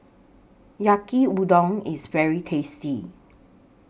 Yaki Udon IS very tasty